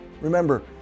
remember